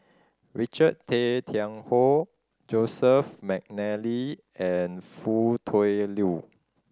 Richard Tay Tian Hoe Joseph McNally and Foo Tui Liew